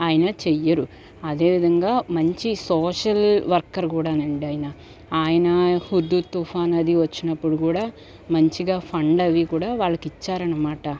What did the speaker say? ఆయన చెయ్యరు అదే విధంగా మంచి సోషల్ వర్కర్ కూడానండి ఆయన ఆయన హుద్ హుద్ తుఫానది వచ్చినప్పుడు కూడా మంచిగా ఫండ్ అవి కూడా వాళ్ళకు ఇచ్చారనమాట